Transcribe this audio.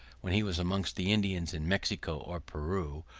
when he was amongst the indians in mexico or peru,